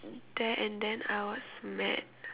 there and then I was mad